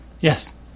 Yes